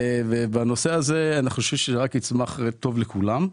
ובנושא הזה אנחנו חושבים שזה רק יצמח טוב לכולם,